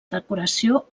decoració